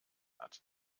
hat